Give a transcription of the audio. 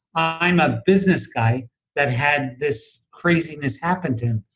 i'm a business guy that had this craziness happen to him,